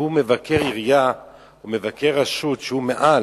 שהוא מבקר עירייה או מבקר רשות, שהוא מעל,